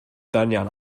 dynion